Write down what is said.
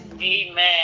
amen